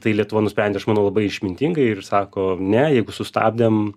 tai lietuva nusprendė aš manau labai išmintingai ir sako ne jeigu sustabdėm